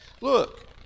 Look